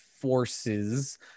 Forces